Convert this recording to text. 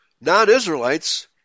non-Israelites